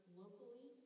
locally